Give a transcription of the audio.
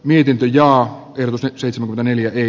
amity ja yrityksen sovun aneljä ei